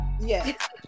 Yes